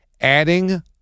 adding